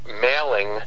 mailing